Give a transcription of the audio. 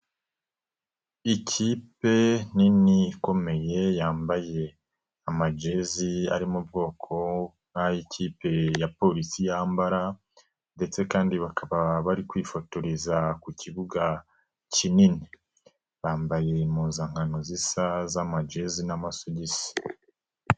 Ikipe nini ikomeye yambaye amajezi ari mu bwoko bw'ayikipe ya Polisi yambara ndetse kandi bari kwifotoreza ku kibuga kinini. Bambariye impuzankano zisa z'amajezi n'amasogisi.